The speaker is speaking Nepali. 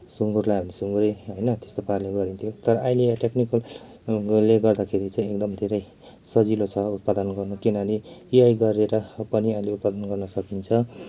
सुँगुरलाई हामी सुँगुरै होइन त्यस्तो पाराले गरिन्थ्यो तर अहिले टेक्निकोले गर्दाखेरि चाहिँ एकदम धेरै सजिलो छ उत्पादन गर्नु किनभने यो गरेर पनि हामीले उत्पादन गर्न सकिन्छ